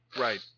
Right